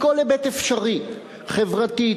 מכל היבט אפשרי חברתי,